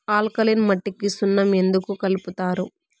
alkaline మట్టికి సున్నం ఎందుకు కలుపుతారు